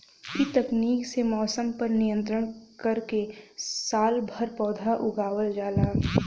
इ तकनीक से मौसम पर नियंत्रण करके सालभर पौधा उगावल जाला